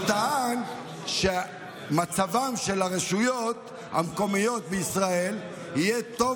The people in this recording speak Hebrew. הוא טען שמצבן של הרשויות המקומיות בישראל יהיה טוב